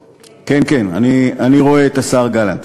כן, כן, אני רואה את השר גלנט.